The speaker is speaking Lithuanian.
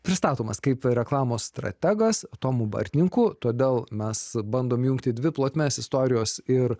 pristatomas kaip reklamos strategas tomu bartninku todėl mes bandom jungti dvi plotmes istorijos ir